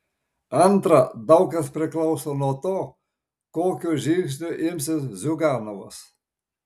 antra daug kas priklauso nuo to kokių žingsnių imsis ziuganovas